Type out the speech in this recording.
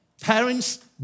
Parents